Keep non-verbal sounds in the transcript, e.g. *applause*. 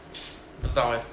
*noise* 不知道 leh